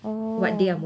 orh